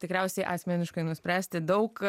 tikriausiai asmeniškai nuspręsti daug